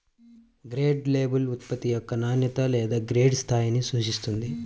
grade label ఉత్పత్తి యొక్క నాణ్యత లేదా గ్రేడ్ స్థాయిని సూచిస్తుంది